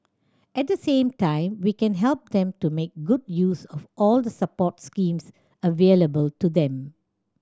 at the same time we can help them to make good use of all the support schemes available to them